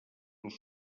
els